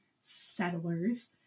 settlers